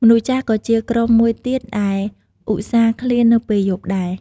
មនុស្សចាស់ក៏ជាក្រុមមួយទៀតដែលឧស្សាហ៍ឃ្លាននៅពេលយប់ដែរ។